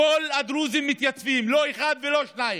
כל הדרוזים מתייצבים, לא אחד ולא שניים.